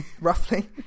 roughly